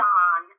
on